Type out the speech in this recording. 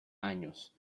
años